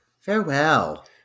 Farewell